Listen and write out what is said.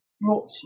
brought